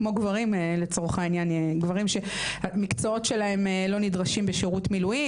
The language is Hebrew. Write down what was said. כמו גברים לדוגמא שהמקצועות שלהם לא נדרשים בשירות מילואים,